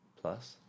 plus